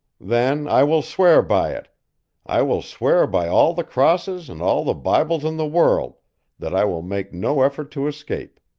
then i will swear by it i will swear by all the crosses and all the bibles in the world that i will make no effort to escape.